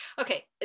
Okay